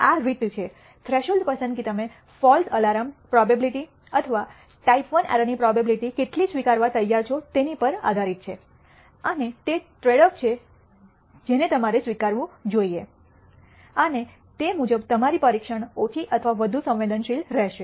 આ રીત છે થ્રેશોલ્ડ પસંદગી તમે ફૉલ્સ અલાર્મ પ્રોબેબીલીટી અથવા ટાઈપ I એરર ની પ્રોબેબીલીટી કેટલી સ્વીકારવા તૈયાર છો તેની પર આધારિત છે અને તે ટ્રૈડઑફ છે જેને તમારે સ્વીકારવું જોઈએ અને તે મુજબ તમારી પરીક્ષણ ઓછી અથવા વધુ સંવેદનશીલ રહેશે